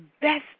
best